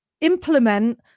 implement